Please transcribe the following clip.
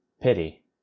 Pity